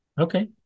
Okay